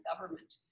government